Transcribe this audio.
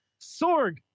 Sorg